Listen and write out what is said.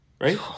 Right